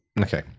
okay